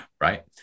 Right